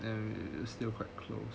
then we we still quite close